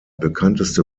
bekannteste